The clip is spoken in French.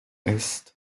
est